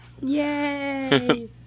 Yay